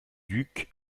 ducs